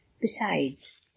Besides